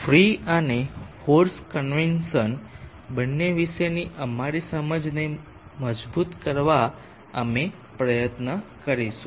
free અને forced convection બંને વિશેની અમારી સમજને મજબૂત કરવા અમે પ્રયત્ન કરીશું